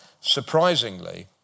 Surprisingly